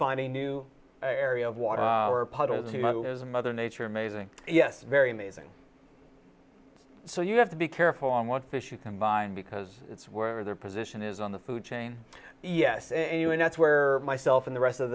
find a new area of water or puddles too much as a mother nature amazing yes very amazing so you have to be careful on what fish you combine because it's where their position is on the food chain yes and you and that's where myself and the rest of